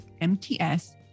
MTS